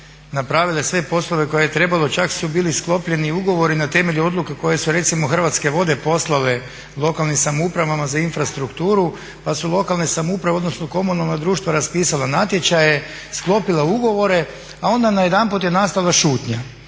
napravile sve poslove koje je trebalo. Čak su bili sklopljeni ugovori na temelju odluka koje su recimo Hrvatske vode poslale lokalnim samoupravama za infrastrukturu, pa su lokalne samouprave, odnosno komunalna društva raspisala natječaje, sklopile ugovore, a onda najedanput je nastala šutnja.